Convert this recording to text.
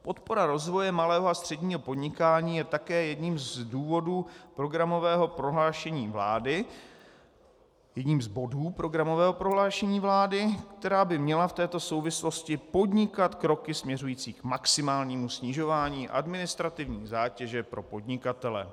Podpora rozvoje malého a středního podnikání je také jedním z důvodů programového prohlášení vlády, jedním z bodů programového prohlášení vlády, která by měla v této souvislosti podnikat kroky směřující k maximálnímu snižování administrativní zátěže pro podnikatele.